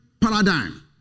paradigm